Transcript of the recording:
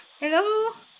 Hello